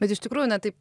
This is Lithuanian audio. bet iš tikrųjų na taip